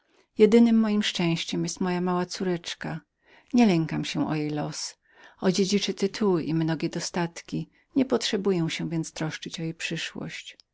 jedynem mojem szczęściem jest moja mała córeczka nie lękam się o jej los tytuły i mnogie dostatki spadną kiedyś na nią nie potrzebuję więc troszczyć się o jej przyszłośćprzyszłość